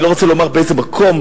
אני לא רוצה לומר באיזה מקום,